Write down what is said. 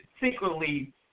secretly